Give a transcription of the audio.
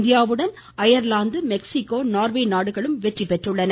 இந்தியாவுடன் Ireland Mexico Norway நாடுகளும் வெற்றி அடைந்துள்ளன